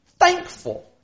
Thankful